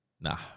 Nah